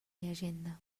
llegenda